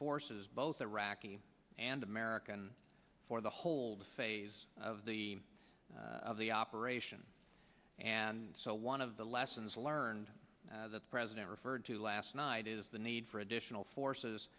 forces both iraqi and american for the hold phase of the of the operation and so one of the lessons learned the president referred to last night is the need for additional forces